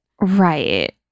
right